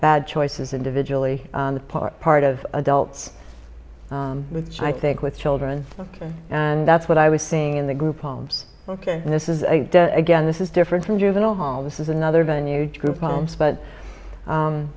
bad choices individually on the part part of adults which i think with children and that's what i was seeing in the group homes ok this is again this is different from juvenile hall this is another venue group homes but